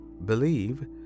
Believe